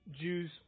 Jews